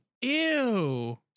Ew